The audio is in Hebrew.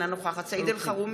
אינה נוכחת סעיד אלחרומי,